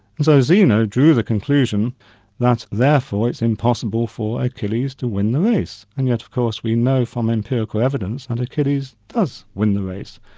and so zeno drew the conclusion that therefore it's impossible for achilles to win the race, and yet of course we know from empirical evidence that and achilles does win the race.